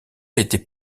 était